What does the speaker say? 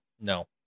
No